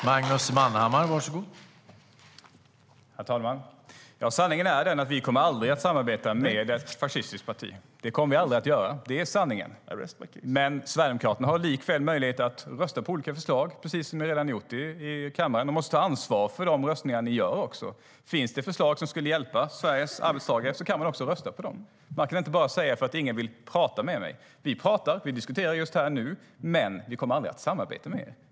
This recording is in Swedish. Herr talman! Sanningen är den att vi aldrig kommer att samarbeta med ett fascistiskt parti. Det kommer vi aldrig att göra. Det är sanningen. Sverigedemokraterna har likväl möjlighet att rösta på olika förslag, precis som ni redan har gjort i kammaren, men ni måste också ta ansvar för hur ni röstar. Finns det förslag som skulle hjälpa Sveriges arbetstagare kan man rösta på dem. Man kan inte bara säga att ingen vill prata med en. Vi pratar och diskuterar här just nu, men vi kommer aldrig att samarbeta med er.